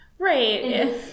Right